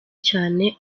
cane